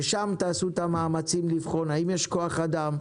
ש שם תעשו את המאמץ לבחון האם יש כוח אדם,